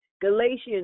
Galatians